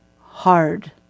hard